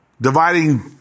dividing